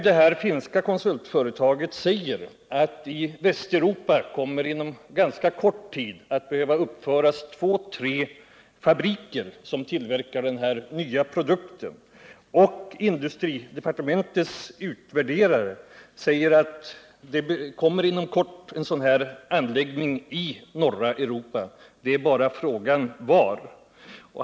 Det finska konsultföretaget säger att i Västeuropa kommer inom ganska kort tid att behöva uppföras två tre fabriker som tillverkar den här nya produkten. Industridepartementets utvärderare anför att det inom kort kommer en sådan här anläggning i norra Europa, frågan är bara var.